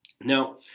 Now